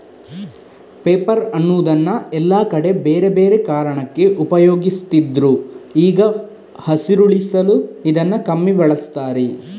paper ಅನ್ನುದನ್ನ ಎಲ್ಲಾ ಕಡೆ ಬೇರೆ ಬೇರೆ ಕಾರಣಕ್ಕೆ ಉಪಯೋಗಿಸ್ತಿದ್ರು ಈಗ ಹಸಿರುಳಿಸಲು ಇದನ್ನ ಕಮ್ಮಿ ಬಳಸ್ತಾರೆ